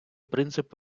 принцип